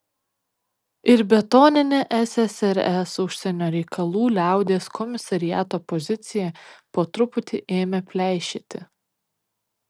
ir betoninė ssrs užsienio reikalų liaudies komisariato pozicija po truputį ėmė pleišėti